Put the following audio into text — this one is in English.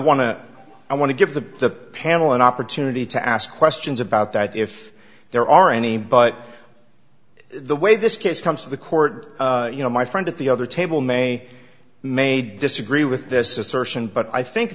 to i want to give the panel an opportunity to ask questions about that if there are any but the way this case comes to the court you know my friend at the other table may may disagree with this assertion but i think